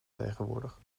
tegenwoordig